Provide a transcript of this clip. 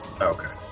Okay